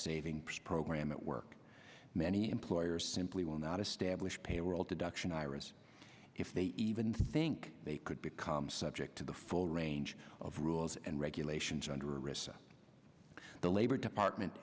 saving program at work many employers simply will not establish payroll deduction iras if they even think they could become subject to the full range of rules and regulations under rissa the labor department